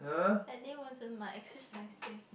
that day wasn't my exercise day